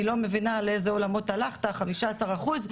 אני לא מבינה לאיזה עולמות הלכת עם ה-15 אחוזים,